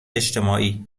اجتماعی